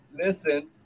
listen